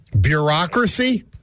bureaucracy